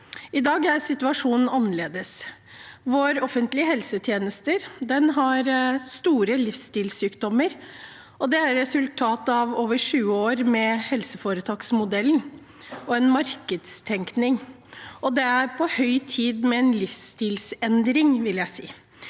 I dag er situasjonen annerledes. Vår offentlige helsetjeneste har store livsstilssykdommer. Det er resultatet av over 20 år med helseforetaksmodellen og en markedstenkning, og det er på høy tid med en livsstilsendring, vil jeg si.